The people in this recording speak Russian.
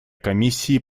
комиссии